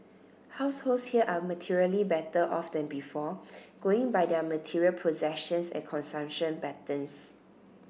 households here are materially better off than before going by their material possessions and consumption patterns